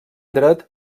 dret